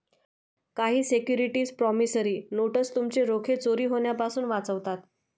काही securities promissory notes तुमचे रोखे चोरी होण्यापासून वाचवतात